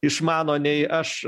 išmano nei aš